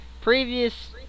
Previous